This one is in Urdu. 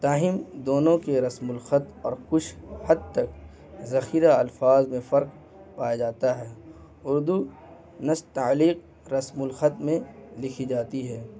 تاہم دونوں کے رسم الخط اور کچھ حد تک ذخیرہ الفاظ میں فرق پایا جاتا ہے اردو نستعلیق رسم الخط میں لکھی جاتی ہے